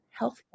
healthcare